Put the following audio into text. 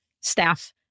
staff